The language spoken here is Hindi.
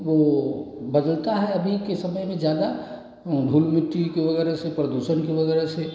वह बदलता है अभी के समय में ज़्यादा धूल मिट्टी के वगैरह से प्रदूषण की वगैरह से